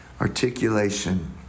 articulation